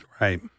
Right